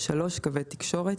(3)קווי תקשורת,